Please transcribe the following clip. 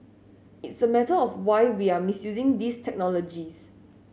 it's a matter of why we are misusing these technologies